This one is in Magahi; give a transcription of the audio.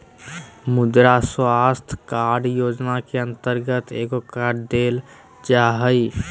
मुद्रा स्वास्थ कार्ड योजना के अंतर्गत एगो कार्ड देल जा हइ